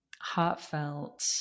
heartfelt